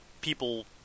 people